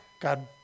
God